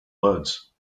words